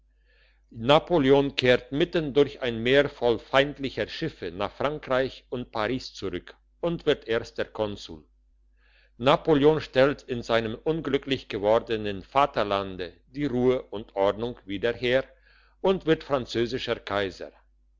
napoleon kehrt mitten durch ein meer voll feindlicher schiffe nach frankreich und paris zurück und wird erster konsul napoleon stellt in seinem unglücklich gewordenen vaterlande die ruhe und ordnung wieder her und wird französischer kaiser